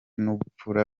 n’ubupfura